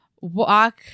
walk